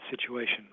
situation